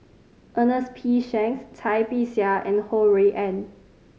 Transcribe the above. Ernest P Shanks Cai Bixia and Ho Rui An